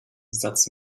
satz